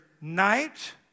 night